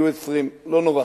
יהיו 20. לא נורא.